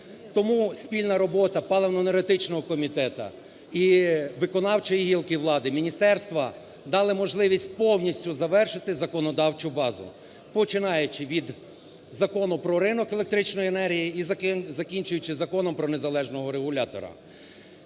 Тому спільна робота паливно-енергетичного комітету і виконавчої гілки влади, міністерства дали можливість повністю завершити законодавчу базу, починаючи від Закону про ринок електричної енергії і закінчуючи Законом про незалежного регулятора.